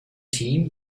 team